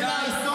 כדי לעשות